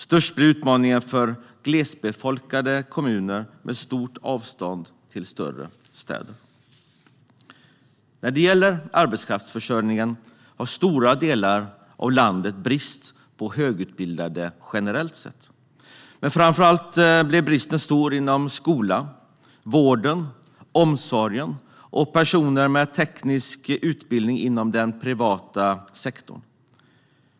Störst blir utmaningarna för glesbefolkade kommuner med stora avstånd till större städer. När det gäller arbetskraftsförsörjningen har stora delar av landet brist på högutbildade generellt sett, men framför allt blir bristen stor inom skolan, vården, omsorgen och när det gäller personer med teknisk utbildning inom den privata sektorn.